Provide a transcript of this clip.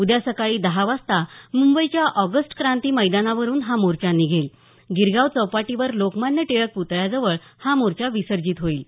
उद्या सकाळी दहा वाजता मुंबईच्या ऑगस्ट क्रांती मैदानावरून हा मोर्चा निघेत गिरगाव चौपाटीवर लोकमान्य टिळक प्तळ्याजवळ हा मोर्चा विसर्जित होईल